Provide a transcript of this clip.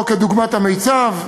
או כדוגמת המיצ"ב,